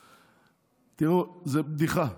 תראו, זאת בדיחה.